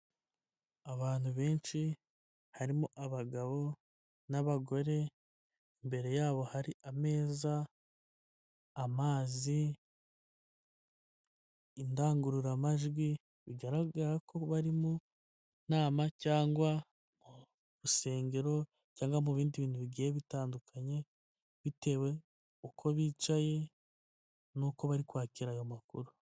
Abantu benshi harimo abagabo n'abagore, imbere yabo hari ameza, amazi, indangururamajwi bigaragara ko bari mu nama cyangwa urusengero cyangwa mu bindi bintu bigiye bitandukanye, bitewe uko bicaye n'uko bari kwakira ayo makuru.